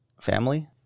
family